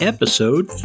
Episode